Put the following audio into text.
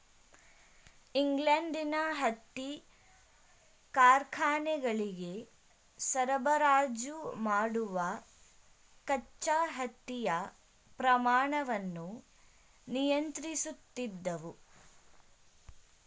ಇಂಗ್ಲೆಂಡಿನ ಹತ್ತಿ ಕಾರ್ಖಾನೆಗಳಿಗೆ ಸರಬರಾಜು ಮಾಡುವ ಕಚ್ಚಾ ಹತ್ತಿಯ ಪ್ರಮಾಣವನ್ನು ನಿಯಂತ್ರಿಸುತ್ತಿದ್ದವು